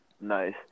Nice